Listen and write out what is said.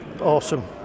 awesome